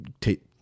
take